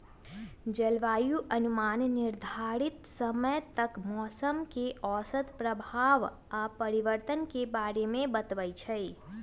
जलवायु अनुमान निर्धारित समय तक मौसम के औसत प्रभाव आऽ परिवर्तन के बारे में बतबइ छइ